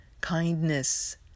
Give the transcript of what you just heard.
kindness